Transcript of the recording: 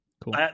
cool